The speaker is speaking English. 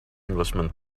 englishman